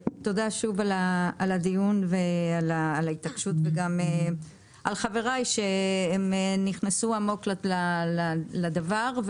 ועל ההתעקשות ועל חבריי שנכנסו עמוק לדבר.